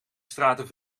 straten